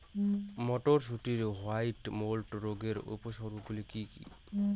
মটরশুটির white mould রোগের উপসর্গগুলি কী কী?